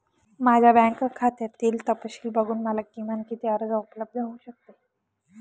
माझ्या बँक खात्यातील तपशील बघून मला किमान किती कर्ज उपलब्ध होऊ शकते?